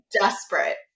Desperate